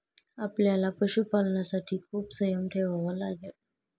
आपल्याला पशुपालनासाठी खूप संयम ठेवावा लागेल